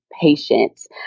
patience